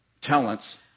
talents